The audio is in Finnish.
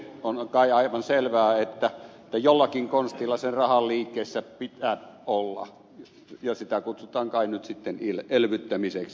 on kai aivan selvää että jollakin konstilla sen rahan liikkeessä pitää olla ja sitä kutsutaan kai nyt sitten elvyttämiseksi